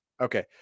Okay